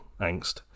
angst